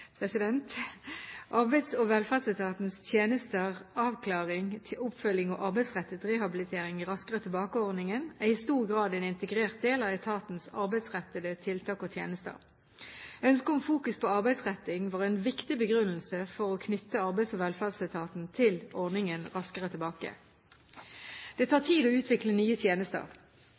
Raskere tilbake-ordningen er i stor grad en integrert del av etatens arbeidsrettede tiltak og tjenester. Ønsket om fokus på arbeidsretting var en viktig begrunnelse for å knytte Arbeids- og velferdsetaten til ordningen Raskere tilbake. Det tar tid å utvikle nye tjenester.